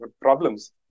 problems